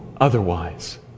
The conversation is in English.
otherwise